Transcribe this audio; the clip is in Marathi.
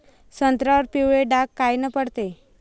संत्र्यावर पिवळे डाग कायनं पडते?